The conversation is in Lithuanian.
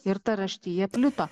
ir ta raštija plito